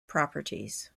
properties